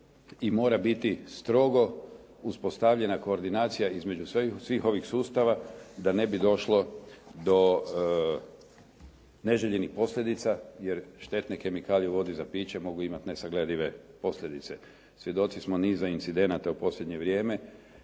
i mora biti strogo uspostavljena koordinacija između svih ovih sustava da ne bi došlo do neželjenih posljedica jer štetne kemikalije u vodi za piće mogu imati nesagledive posljedice. Svjedoci smo niza incidenata u posljednje vrijeme